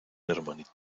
hermanito